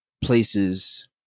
places